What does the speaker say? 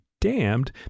damned